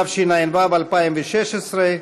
התשע"ו 2016,